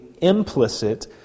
implicit